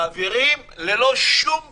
מעבירים ללא שום פשרות,